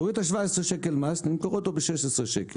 תוריד את ה-17 שקלים מס, נמכור אותו ב-16 שקלים.